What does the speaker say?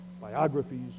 biographies